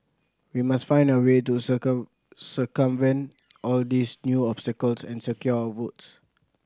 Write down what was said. we must find a way to circumvent all these new obstacles and secure our votes